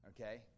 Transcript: okay